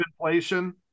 inflation